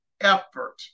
effort